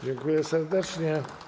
Dziękuję serdecznie.